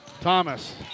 Thomas